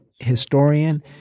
historian